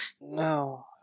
No